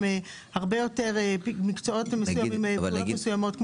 הרבה יותר מקצועות מסוימים ופעולות מסוימות,